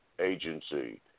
agency